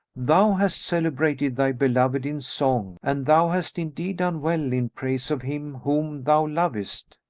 thou hast celebrated thy beloved in song and thou hast indeed done well in praise of him whom thou lovest!